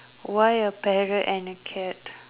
why a parrot and a cat